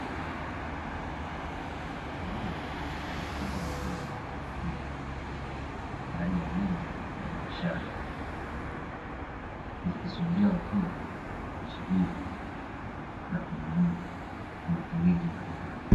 Nguo zimepangwa vizuri kwenye rafu ndani ya jengo la biashara likisubiria wateja kuchagua na kununua kwa matumizi mbalimbali.